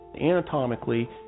Anatomically